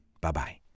Bye-bye